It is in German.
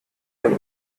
dem